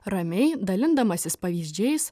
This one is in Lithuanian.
ramiai dalindamasis pavyzdžiais